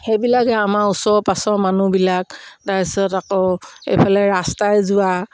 সেইবিলাকে আমাৰ ওচৰ পাঁজৰ মানুহবিলাক তাৰপিছত আকৌ এইফালে ৰাস্তাই যোৱা